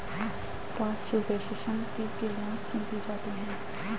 Pasteurisation की क्रिया क्यों की जाती है?